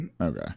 Okay